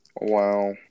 Wow